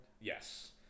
Yes